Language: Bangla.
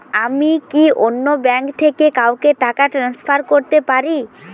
আমি কি অন্য ব্যাঙ্ক থেকে কাউকে টাকা ট্রান্সফার করতে পারি?